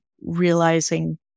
realizing